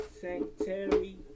sanctuary